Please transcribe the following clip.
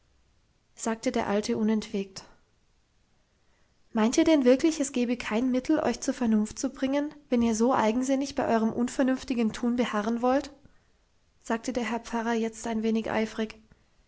sagte der alte unentwegt meint ihr denn wirklich es gebe kein mittel euch zur vernunft zu bringen wenn ihr so eigensinnig bei eurem unvernünftigen tun beharren wollt sagte der herr pfarrer jetzt ein wenig eifrig